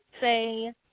say